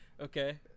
Okay